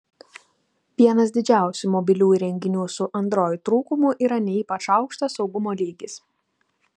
vienas didžiausių mobilių įrenginių su android trūkumų yra ne ypač aukštas saugumo lygis